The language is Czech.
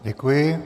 Děkuji.